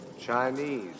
Chinese